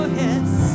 yes